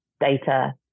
data